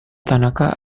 tanaka